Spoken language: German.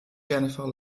jennifer